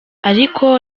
ariko